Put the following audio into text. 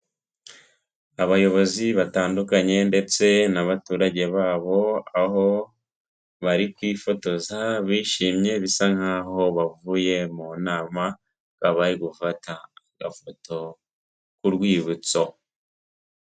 Abayobozi batandukanye ndetse n'abaturage babo aho bari kwifotoza bishimye, bisa nk'aho bavuye mu nama baba bari gufata agafoto k'urwibutso.